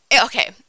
okay